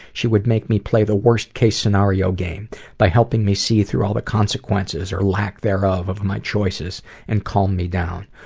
she would make me play the worst case scenario game by helping me see through all the consequences or lack thereof of my choices and calm me down.